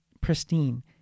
pristine